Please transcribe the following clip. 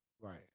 Right